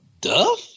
Duff